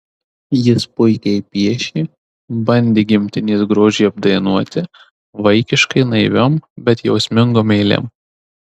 jis puikiai piešė bandė gimtinės grožį apdainuoti vaikiškai naiviom bet jausmingom eilėm